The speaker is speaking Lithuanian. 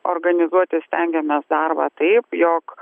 organizuoti stengiamės darbą taip jog